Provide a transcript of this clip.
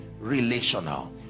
relational